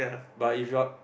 but if you are